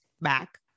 back